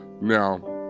Now